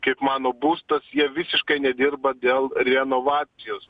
kaip mano būstas jie visiškai nedirba dėl renovacijos